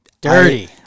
dirty